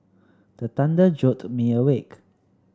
the thunder jolt me awake